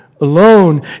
alone